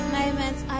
moments